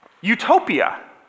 Utopia